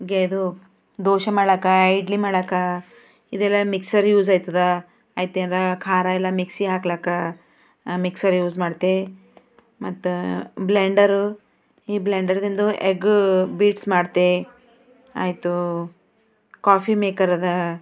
ಗೇದು ದೋಸೆ ಮಾಡ್ಲಾಕ್ಕ ಇಡ್ಲಿ ಮಾಡ್ಲಾಕ್ಕ ಇದೆಲ್ಲ ಮಿಕ್ಸರ್ ಯೂಸ್ ಆಯ್ತದ ಆಯ್ತೆನಾರ ಖಾರ ಎಲ್ಲ ಮಿಕ್ಸಿ ಹಾಕ್ಲಾಕ್ಕ ಮಿಕ್ಸರ್ ಯೂಸ್ ಮಾಡ್ತೆ ಮತ್ತು ಬ್ಲೆಂಡರು ಈ ಬ್ಲೆಂಡರ್ದಿಂದ ಎಗ್ ಬೀಟ್ಸ್ ಮಾಡ್ತೆ ಆಯಿತು ಕಾಫಿ ಮೇಕರ್ ಅದಾ